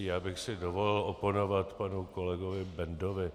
Já bych si dovolil oponovat panu kolegovi Bendovi.